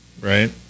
right